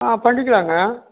ஆ பண்ணிக்கலாம்க